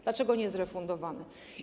Dlaczego to nie jest refundowane?